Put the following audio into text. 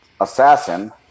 assassin